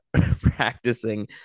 practicing